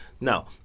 Now